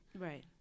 Right